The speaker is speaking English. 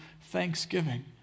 thanksgiving